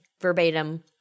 verbatim